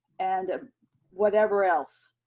and ah whatever else.